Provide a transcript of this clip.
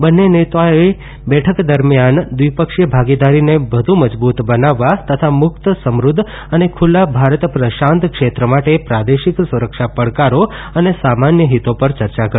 બંને નેતાઓએ બેઠક દરમ્યાન દ્વિપક્ષીય ભાગીદારીને વધુ મજબૂત બનાવવા તથા મુક્ત સમૃદ્ધ અને ખુલ્લા ભારત પ્રશાંત ક્ષેત્ર માટે પ્રાદેશિક સુરક્ષા પડકારો અને સામાન્ય હિતો પર ચર્ચા કરી